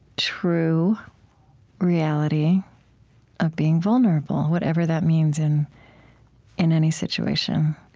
true reality of being vulnerable, whatever that means in in any situation.